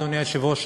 אדוני היושב-ראש,